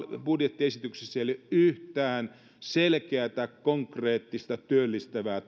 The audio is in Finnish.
budjettiesityksessä ei ole yhtään selkeätä konkreettista työllistävää